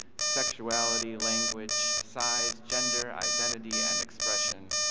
sexuality, language, size, gender identity and expression,